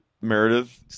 Meredith